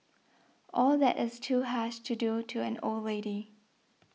all that is too harsh to do to an old lady